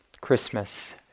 Christmas